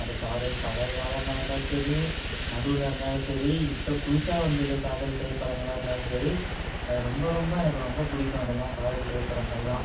அது காதல் பழைய காலமாக இருந்தாலும் சரி நடுவில் இருந்தாலும் சரி இப்போ புதுசாக வந்திருக்க காதல் திரைப்படங்களாக இருந்தாலும் சரி ரொம்ப ரொம்ப எனக்கு ரொம்ப பிடிக்கும் அதலாம் காதல் திரைப்படங்கள்லாம்